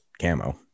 camo